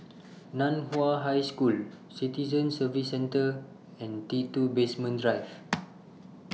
NAN Hua High School Citizen Services Centre and T two Basement Drive